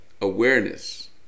awareness